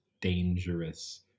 dangerous